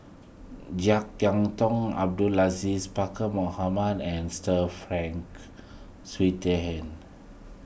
Jek Yeun Thong Abdul Aziz Pakkeer Mohamed and Sir Frank Swettenham